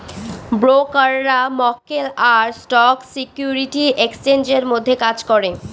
ব্রোকাররা মক্কেল আর স্টক সিকিউরিটি এক্সচেঞ্জের মধ্যে কাজ করে